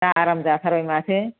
दा आराम जाथारबाय माथो